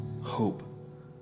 hope